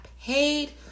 paid